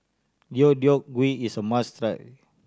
Deodeok Gui is a must try